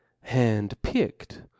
hand-picked